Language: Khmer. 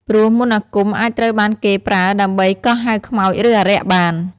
ព្រោះមន្តអាគមអាចត្រូវបានគេប្រើដើម្បីកោះហៅខ្មោចឬអារក្សបាន។